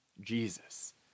Jesus